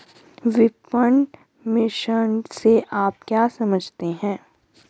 विपणन मिश्रण से आप क्या समझते हैं?